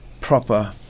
proper